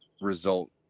result